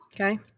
Okay